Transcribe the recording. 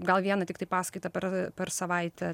gal vieną tiktai paskaitą per per savaitę